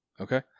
Okay